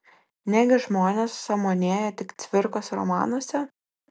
negi žmonės sąmonėja tik cvirkos romanuose